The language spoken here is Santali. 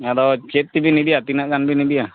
ᱟᱫᱚ ᱪᱮᱫ ᱛᱮᱵᱤᱱ ᱤᱫᱤᱭᱟ ᱛᱤᱱᱟᱹᱜ ᱜᱟᱱ ᱵᱤᱱ ᱤᱫᱤᱭᱟ